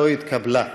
לא התקבלה.